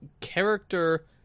character